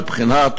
מבחינת